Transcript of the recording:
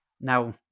Now